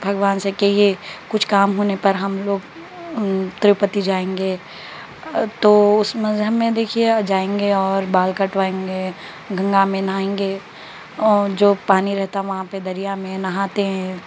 بھگوان سے کہ یہ کچھ کام ہونے پر ہم لوگ تروپتی جایئں گے تو اس مذہب میں دیکھیے جایئں گے اور بال کٹوائیں گے گنگا میں نہائیں گے اور جو پانی رہتا وہاں پہ دریا میں نہاتے ہیں